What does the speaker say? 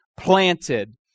planted